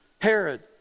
Herod